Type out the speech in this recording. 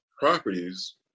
properties